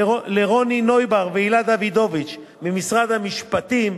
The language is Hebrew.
לרוני נויבואר והילה דוידוביץ ממשרד המשפטים,